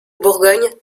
bourgogne